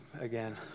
again